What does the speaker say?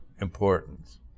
importance